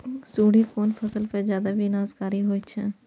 सुंडी कोन फसल पर ज्यादा विनाशकारी होई छै?